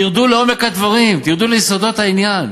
תרדו לעומק הדברים, תרדו ליסודות העניין.